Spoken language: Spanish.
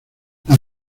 las